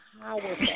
powerful